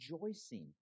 rejoicing